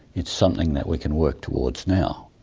it's something that we can work towards now,